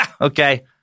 Okay